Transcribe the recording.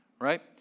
right